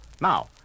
Now